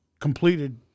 completed